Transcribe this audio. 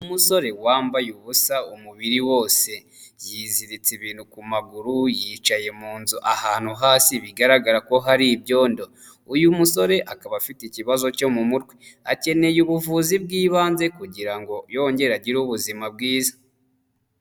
Umusore wambaye ubusa umubiri wose yiziritse ibintu ku maguru yicaye mu nzu ahantu hasi bigaragara ko hari ibyondo, uyu musore akaba afite ikibazo cyo mu mutwe, akeneye ubuvuzi bw'ibanze kugira ngo yongere agire ubuzima bwiza.